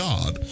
God